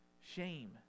Shame